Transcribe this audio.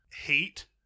hate